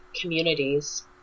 communities